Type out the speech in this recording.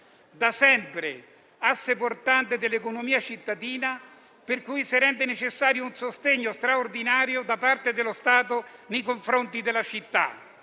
da sempre asse portante dell'economia cittadina, per cui si rende necessario un sostegno straordinario da parte dello Stato nei confronti della città.